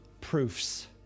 proofs